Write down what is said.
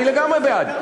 אני לגמרי בעד.